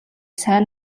сайн